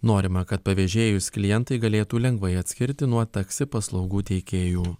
norima kad pavėžėjus klientai galėtų lengvai atskirti nuo taksi paslaugų teikėjų